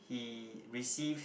he receive